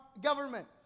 government